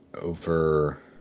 over